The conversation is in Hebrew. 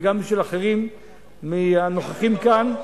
וגם בשביל אחרים מהנוכחים כאן,